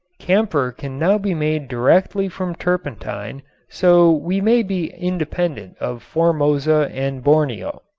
camphor can now be made directly from turpentine so we may be independent of formosa and borneo.